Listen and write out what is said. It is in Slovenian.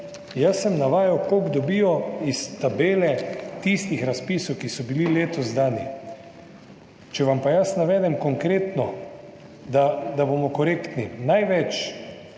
Jaz sem navajal, koliko dobijo iz tabele tistih razpisov, ki so bili letos dani. Če vam pa jaz navedem konkretno, da bomo korektni, največ